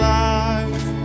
life